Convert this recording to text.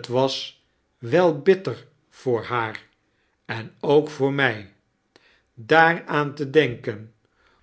t was wel bitter voor haar en ook voor mij daaraan te denken